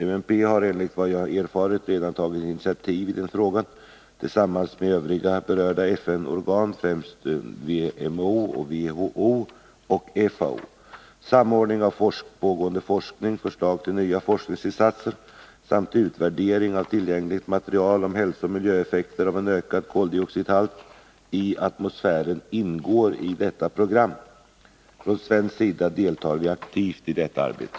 UNEP har enligt vad jag erfarit redan tagit initiativ i denna fråga tillsammans med övriga berörda FN-organ, främst WMO, WHO och FAO. Samordning av pågående forskning, förslag till nya forskningsinsatser samt utvärdering av tillgängligt material om hälsooch miljöeffekter av en ökande koldioxihalt i atmosfären ingår i detta program. Från svensk sida deltar vi aktivt i detta arbete.